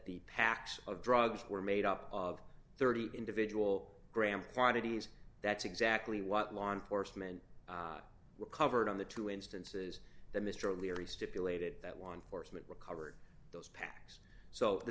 the packs of drugs were made up of thirty individual gram quantities that's exactly what law enforcement recovered on the two instances that mr leary stipulated that one foresman recovered those packs so the